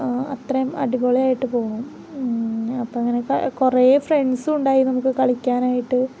അത്രയും അടിപൊളിയായിട്ട് പോണു അപ്പം അങ്ങനെ കുറേ ഫ്രണ്ട്സും ഉണ്ടായി നമുക്ക് കളിക്കാൻ ആയിട്ട്